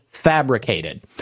fabricated